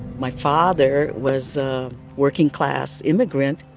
my father was a working-class immigrant,